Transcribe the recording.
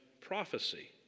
prophecy